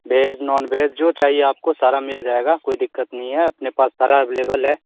भेज non veg जो चाहिए आपको सारा मिल जाएगा कोई दिक़्क़त नहीं है अपने पास सारा अवलेबल है